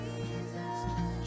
Jesus